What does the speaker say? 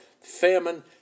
famine